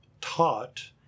taught